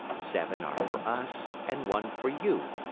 seven are for us, and one for you,